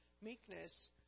meekness